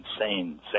insane